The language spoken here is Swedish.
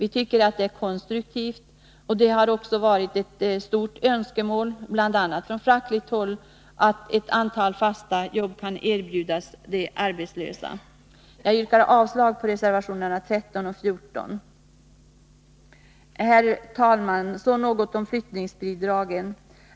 Vi tycker att det är konstruktivt. Det har också varit ett stort önskemål, bl.a. från fackligt håll, att ett antal fasta jobb kan erbjudas de arbetslösa. Jag yrkar avslag på reservationerna 13 och 14. Herr talman! Så något om flyttningsbidrag.